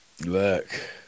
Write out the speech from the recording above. Look